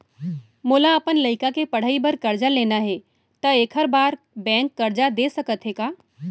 मोला अपन लइका के पढ़ई बर करजा लेना हे, त एखर बार बैंक करजा दे सकत हे का?